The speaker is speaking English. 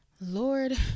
Lord